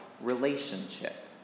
relationship